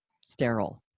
sterile